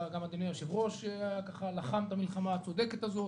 גם אדוני היושב-ראש לחם את המלחמה הצודקת הזאת,